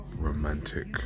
romantic